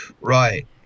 Right